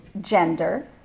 gender